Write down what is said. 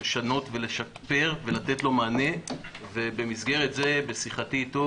שלקח על עצמו את הטיפול במתווה הזה בשיא הרצינות